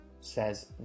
says